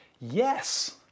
Yes